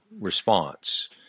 response